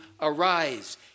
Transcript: arise